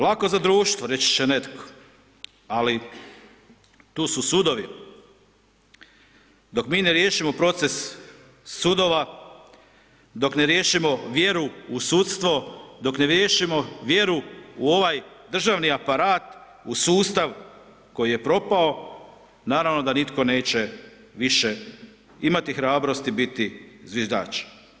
Lako za društvo reći će netko ali tu su sudovi dok mi ne riješimo proces sudova, dok ne riješimo vjeru u sudstvo, dok ne riješimo vjeru u ovaj državni aparat, u sustav koji je propao naravno da nitko neće više imati hrabrosti biti zviždač.